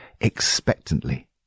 expectantly